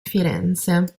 firenze